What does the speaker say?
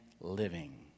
living